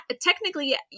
technically